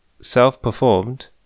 self-performed